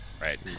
right